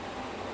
ya